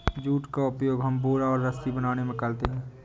jute का उपयोग हम बोरा और रस्सी बनाने में करते हैं